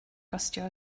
costio